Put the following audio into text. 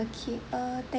okay uh